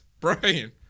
Brian